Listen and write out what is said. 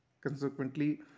Consequently